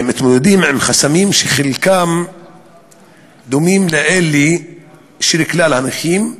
מתמודדים עם חסמים שחלקם דומים לאלה של כלל הנכים,